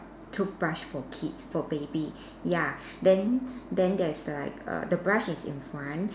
toothbrush for kids for baby ya then then there's like err the brush is in front